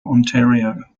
ontario